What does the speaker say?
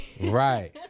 right